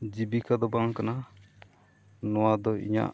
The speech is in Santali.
ᱡᱤᱵᱤᱠᱟ ᱫᱚ ᱵᱟᱝ ᱠᱟᱱᱟ ᱱᱚᱣᱟ ᱫᱚ ᱤᱧᱟᱹᱜ